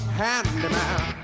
handyman